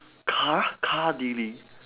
car car dealing